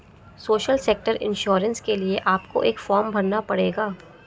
social sector insurance के लिए आपको एक फॉर्म भरना पड़ेगा